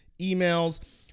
emails